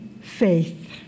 faith